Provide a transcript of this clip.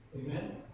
amen